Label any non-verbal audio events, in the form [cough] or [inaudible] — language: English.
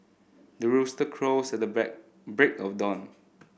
the rooster crows at the [unintelligible] break of dawn